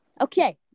Okay